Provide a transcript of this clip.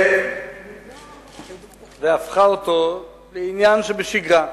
והפכה אותו לעניין שבשגרה.